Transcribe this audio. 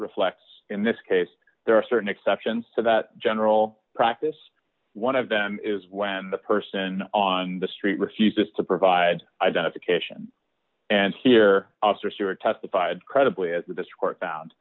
reflects in this case there are certain exceptions to that general practice one of them is when the person on the street refuses to provide identification and here officer stuart testified credi